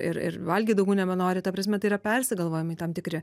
ir ir valgyt daugiau nebenori ta prasme tai yra persigalvojimai tam tikri